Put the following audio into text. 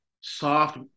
soft